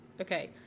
Okay